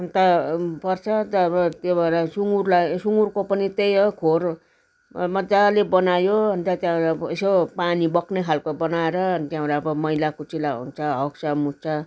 अन्त पर्छ त्यो भएर सुँगुरलाई सुँगुरको पनि त्यही हो खोर मज्जाले बनायो अन्त त्यहाँबाट यसो पानी बग्ने खालको बनाएर त्यहाँबाट अब मैला कुचैला हुन्छ हग्छ मुत्छ